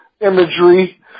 imagery